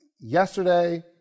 yesterday